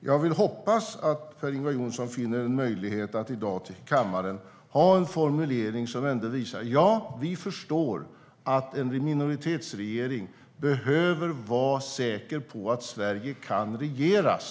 Jag vill hoppas att Per-Ingvar Johnsson finner det möjligt att i dag till kammaren ha en formulering som visar att man förstår att en minoritetsregering behöver vara säker på att Sverige kan regeras.